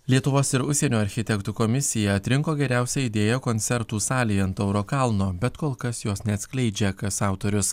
lietuvos ir užsienio architektų komisija atrinko geriausią idėją koncertų salei ant tauro kalno bet kol kas jos neatskleidžia kas autorius